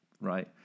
right